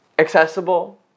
accessible